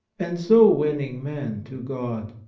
and so winning men to god.